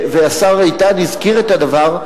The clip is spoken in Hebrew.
והשר איתן הזכיר את הדבר,